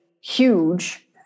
huge